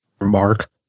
mark